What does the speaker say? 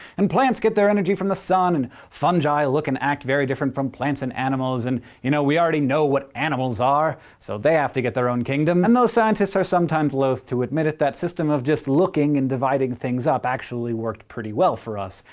plants get their energy from the sun and fungi look and act very different from plants and animals, and you know we already know what animals are, so they have to get their own kingdom. and though scientists are loathe to admit it, that system of just looking and dividing things up actually worked pretty well for us.